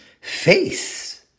face